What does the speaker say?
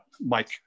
Mike